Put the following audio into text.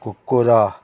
କୁକୁର